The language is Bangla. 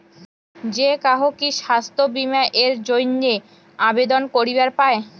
যে কাহো কি স্বাস্থ্য বীমা এর জইন্যে আবেদন করিবার পায়?